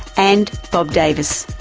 and bob davis,